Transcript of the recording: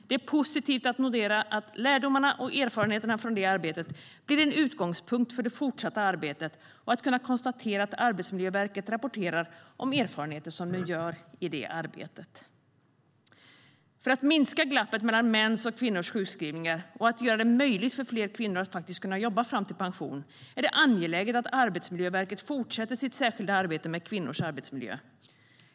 Det är positivt att notera att lärdomarna och erfarenheterna från det arbetet blir en utgångspunkt för det fortsatta arbetet och att kunna konstatera att Arbetsmiljöverket rapporterar om erfarenheter som de gör i det arbetet. För att minska glappet mellan mäns och kvinnors sjukskrivningar och göra det möjligt för fler kvinnor att jobba fram till pension är det angeläget att Arbetsmiljöverket fortsätter sitt särskilda arbete med kvinnors arbetsmiljö.